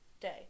day